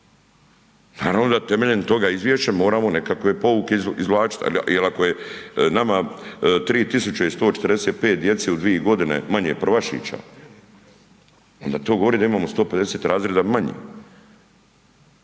Naravno da temeljem toga izvješća moramo nekakve pouke izvlačiti. Jer ako je nama 3145 djece u dvije godine manje prvašića onda to govori da imamo 150 razreda manje.